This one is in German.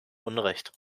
unrecht